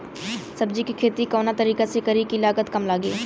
सब्जी के खेती कवना तरीका से करी की लागत काम लगे?